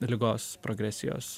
ligos progresijos